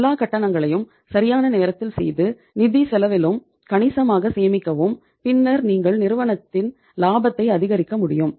எல்லா கட்டணங்களையும் சரியான நேரத்தில் செய்து நிதிச் செலவிலும் கணிசமாக சேமிக்கவும் பின்னர் நீங்கள் நிறுவனத்தின் லாபத்தை அதிகரிக்க முடியும்